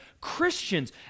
Christians